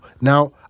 Now